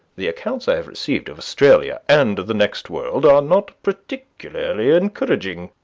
the accounts i have received of australia and the next world, are not particularly encouraging.